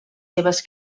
seves